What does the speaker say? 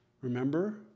Remember